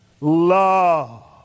love